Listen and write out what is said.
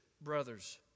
brothers